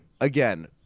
again